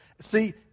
See